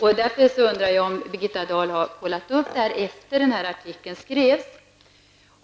Jag undrar därför om Birgitta Dahl har kontrollerat detta efter det att artikeln skrevs.